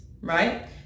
right